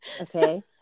Okay